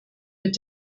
mit